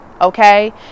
okay